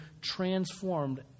transformed